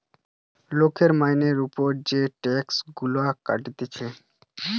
লোকের মাইনের উপর যে টাক্স গুলা কাটতিছে